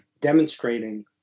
demonstrating